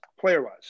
Player-wise